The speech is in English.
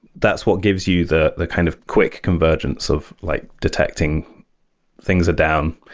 that's what gives you the the kind of quick convergence of like detecting things are down,